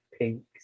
pinks